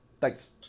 Thanks